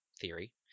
Theory